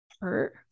hurt